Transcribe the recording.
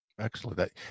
Excellent